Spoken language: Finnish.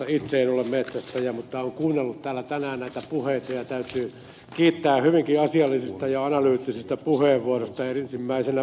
itse en ole metsästäjä mutta olen kuunnellut täällä tänään näitä puheita ja täytyy kiittää hyvinkin asiallisista ja analyyttisistä puheenvuoroista ensimmäisenä ed